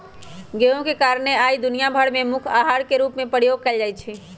गेहूम के कारणे आइ दुनिया भर में मुख्य अहार के रूप में प्रयोग कएल जाइ छइ